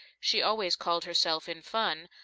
she always called herself, in fun,